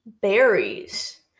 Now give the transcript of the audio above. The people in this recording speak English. berries